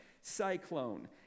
cyclone